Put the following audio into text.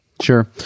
Sure